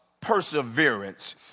perseverance